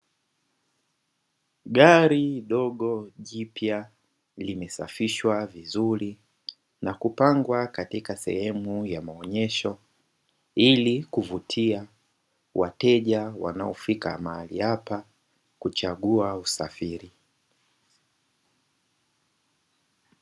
Gari dogo jipya limesafishwa vizuri na kupangwa katika sehemu ya maonyesho, ili kuweza kuvutia wateja wanaofika mahali hapa na kuchaguliwa usafiri.